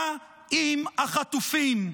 מה עם החטופים?